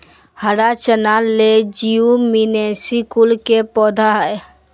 हरा चना लेज्युमिनेसी कुल के पौधा हई